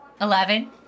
Eleven